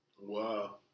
Wow